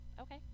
okay